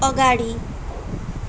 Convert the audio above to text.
अगाडि